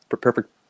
perfect